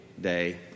day